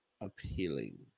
appealing